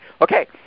Okay